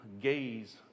gaze